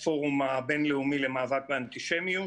הפורום הבינלאומי למאבק באנטישמיות,